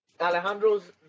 Alejandro's